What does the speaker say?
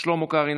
שלמה קרעי,